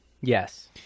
Yes